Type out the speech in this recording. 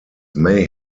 may